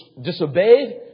disobeyed